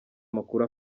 makuru